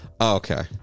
Okay